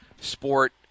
sport